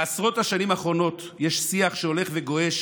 בעשרות השנים האחרונות יש שיח שהולך וגועש